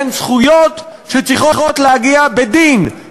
הן זכויות שצריכות להגיע בדין,